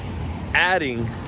adding